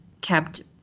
kept